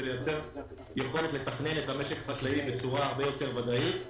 ולייצר יכולת לתכנן את המשק החקלאי בצורה הרבה יותר ודאית.